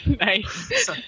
Nice